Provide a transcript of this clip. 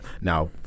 Now